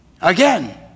again